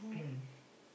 mmhmm